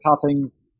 cuttings